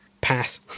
Pass